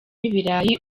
ibirayi